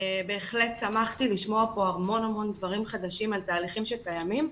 בהחלט שמחתי לשמוע פה המון דברים חדשים על תהליכים שקיימים.